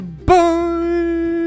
bye